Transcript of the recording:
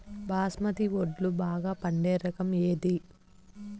బాస్మతి వడ్లు బాగా పండే రకం ఏది